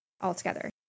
altogether